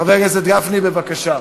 חבר הכנסת גפני, בבקשה.